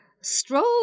stroll